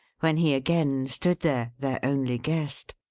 when he again stood there, their only guest.